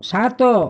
ସାତ